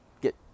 get